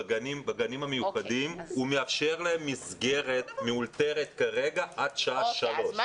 בגנים המיוחדים מאפשר להם מסגרת מאולתרת עד שעה 15:00. אתה